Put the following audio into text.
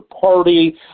party